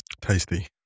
Tasty